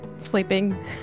sleeping